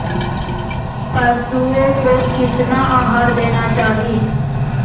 पशुओं को कितना आहार देना चाहि?